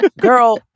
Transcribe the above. girl